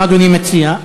מה אדוני מציע?